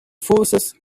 forces